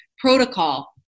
protocol